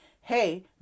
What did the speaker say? hey